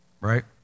right